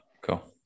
cool